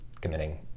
committing